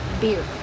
beer